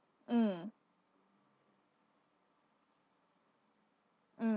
mm mm